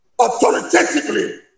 authoritatively